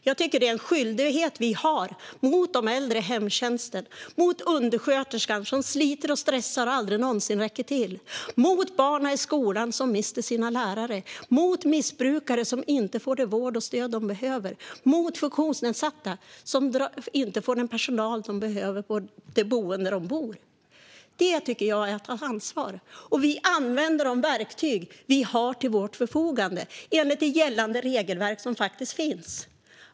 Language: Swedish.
Jag tycker att det är en skyldighet vi har mot de äldre i behov av hemtjänst, mot undersköterskan som sliter och stressar och aldrig någonsin räcker till, mot barnen i skolan som mister sina lärare, mot missbrukare som inte får den vård och det stöd de behöver och mot funktionsnedsatta som inte får den personal de behöver på det boende där de bor. Detta tycker jag är att ta ansvar. Vi använder de verktyg vi har till vårt förfogande enligt det gällande regelverk som faktiskt finns.